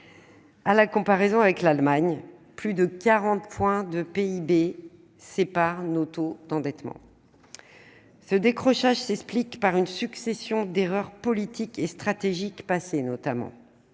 la comparaison avec l'Allemagne : plus de quarante points de PIB séparent nos taux d'endettement. Ce décrochage s'explique notamment par une succession d'erreurs politiques et stratégiques passées. Par une